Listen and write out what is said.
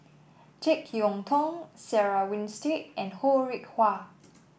JeK Yeun Thong Sarah Winstedt and Ho Rih Hwa